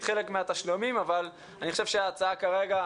חלק מהתשלומים אבל אני חושב שההצעה כרגע,